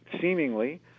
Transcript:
seemingly